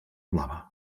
blava